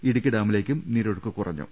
ഇടുക്കി ഡാമിലേക്കും നീരൊഴുക്ക് കുറഞ്ഞു